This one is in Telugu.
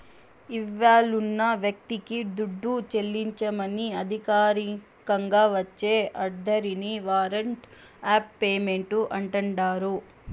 ఇవ్వాలున్న వ్యక్తికి దుడ్డు చెల్లించమని అధికారికంగా వచ్చే ఆర్డరిని వారంట్ ఆఫ్ పేమెంటు అంటాండారు